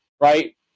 right